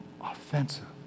offensive